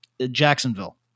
Jacksonville